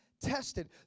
tested